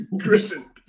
Christian